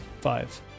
five